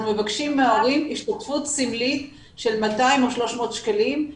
מבקשים מההורים השתתפות סמלית של 200 או 300 שקלים,